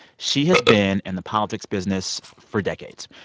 she has been in the politics business for decades.